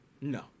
No